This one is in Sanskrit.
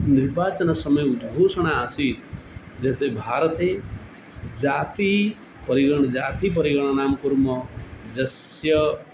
निर्वाचनसमये उद्घोषणा आसीत् यत् भारते जातिपरिगणना जातिपरिगणनां कुर्मः यस्य